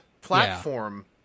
platform